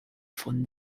von